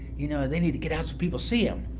you know they need to get out so people see them.